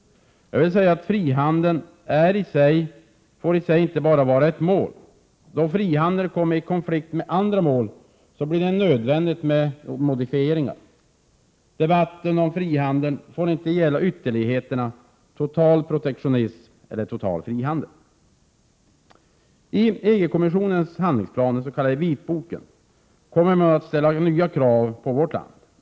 Frihandel får alltså inte vara ett måli sig. Då frihandeln kommer i konflikt med andra mål blir det nödvändigt med modifieringar. Debatten om frihandel får inte gälla ytterligheterna: total protektionism eller I EG-kommissionens handlingsplan, den s.k. vitboken, kommer man nu att ställa nya krav på vårt land.